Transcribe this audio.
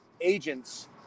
agents